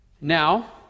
Now